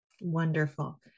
Wonderful